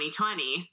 2020